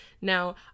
Now